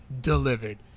delivered